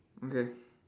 okay